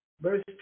Verse